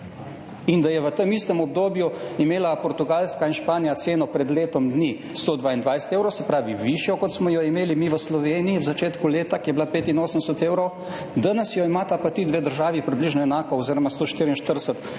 In da je v tem istem obdobju imela Portugalska in Španija ceno pred letom dni 122 evrov, se pravi višjo, kot smo jo imeli mi v Sloveniji v začetku leta, ki je bila 85 evrov. Danes jo imata pa ti dve državi približno enako oziroma 144 evrov,